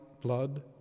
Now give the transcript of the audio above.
blood